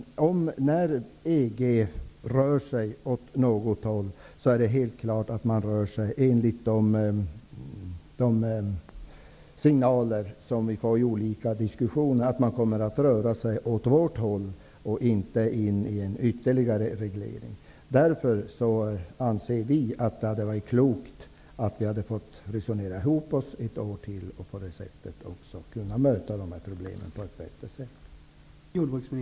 När EG rör sig åt något håll, är det helt klart att man rör sig åt vårt håll och inte mot en ytterligare reglering, enligt signalerna i olika diskussioner. Vi anser därför att det hade varit klokt om vi hade kunnat resonera oss samman under ytterligare ett år. På det sättet hade vi kunnat möta dessa problem på ett bättre sätt.